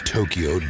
Tokyo